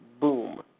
boom